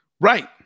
Right